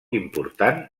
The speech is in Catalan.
important